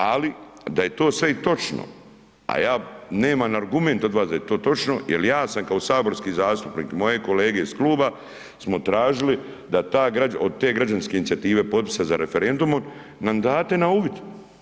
Ali da je to sve i točno a ja nemam argument od vas da je to točno jer ja sam kao saborski zastupnik, moje kolege iz kluba smo tražili da ta građanska, od te građanske inicijative potpisa za referendumom nam date na uvid.